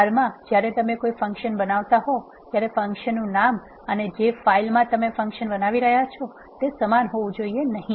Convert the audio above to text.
R માં જ્યારે તમે કોઈ ફંકશન બનાવતા હો ત્યારે ફંક્શનનું નામ અને જે ફાઇલમાં તમે ફંકશન બનાવી રહ્યા છો તે સમાન હોવું જોઇએ નહી